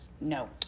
no